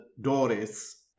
Doris